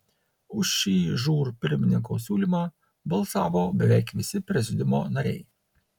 už šį žūr pirmininko siūlymą balsavo beveik visi prezidiumo nariai